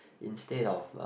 instead of a